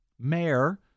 mayor